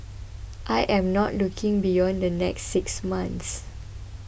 I am not looking beyond the next six months